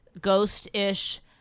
ghost-ish